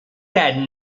had